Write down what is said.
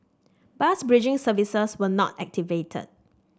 bus bridging services were not activated